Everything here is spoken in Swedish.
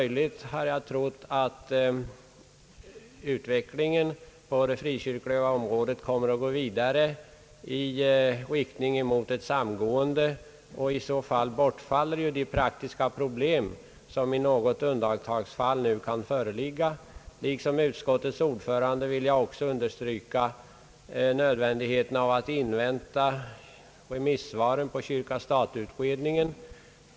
Jag har trott att utvecklingen på det frikyrkliga området kommer att gå vidare mot ett samgående, och i så fall bortfaller de praktiska problem som i något undantagsfall kan föreligga. Liksom utskottets ordförande vill jag också understryka nödvändigheten av att invänta remissvaren på kyrka—stat-utredningen.